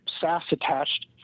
SAS-attached